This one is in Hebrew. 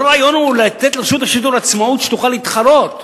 כל הרעיון הוא לתת לרשות השידור עצמאות שתוכל להתחרות,